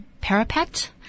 parapet